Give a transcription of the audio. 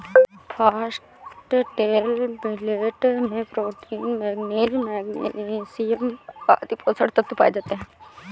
foxtail millet में protein, manganese, magnesium आदि पोषक तत्व पाए जाते है